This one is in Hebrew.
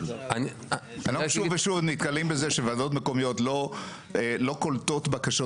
אנחנו שוב ושוב נתקלים בזה שוועדות מקומיות לא קולטות בקשות.